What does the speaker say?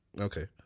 okay